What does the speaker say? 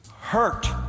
hurt